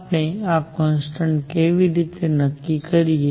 આપણે આ કોન્સ્ટન્ટ્સ કેવી રીતે નક્કી કરી શકીએ